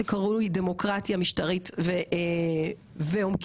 שקרוי דמוקרטיה משטרית ועומקית.